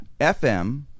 FM